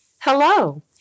Hello